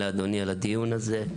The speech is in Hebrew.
אנחנו מודים לאדוני על הדיון הזה.